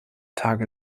tage